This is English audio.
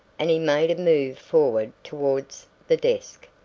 and he made a move forward towards the desk,